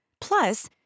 Plus